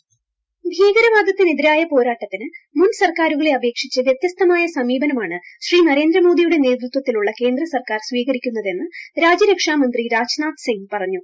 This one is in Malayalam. ഹോൾഡ് വോയിസ് ഭീകരവാദത്തിനെതിരായ പോരാട്ടത്തിന് മുൻ സർക്കാരുകളെ അപേക്ഷിച്ച് വൃത്യസ്തമായ സമീപനമാണ് ശ്രീ നരേന്ദ്രമോദിയുടെ നേതൃത്വത്തിലുള്ള കേന്ദ്ര സർക്കാർ സ്വീകരിക്കുന്നതെന്ന് രാജ്യരക്ഷാമന്ത്രി രാജ്നാഥ് സിംഗ് പറഞ്ഞു